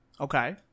Okay